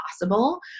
possible